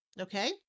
Okay